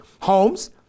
homes